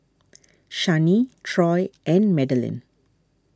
Shani Troy and Madaline